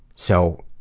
so,